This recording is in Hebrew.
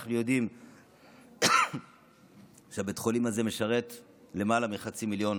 אנחנו יודעים שבית החולים הזה משרת למעלה מחצי מיליון